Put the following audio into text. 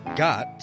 got